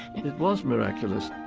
it was miraculous